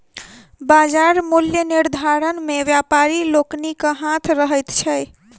बाजार मूल्य निर्धारण मे व्यापारी लोकनिक हाथ रहैत छै